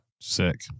Sick